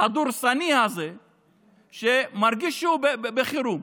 הדורסני הזה מרגיש שהוא בחירום,